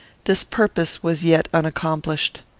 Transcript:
this purpose was yet unaccomplished.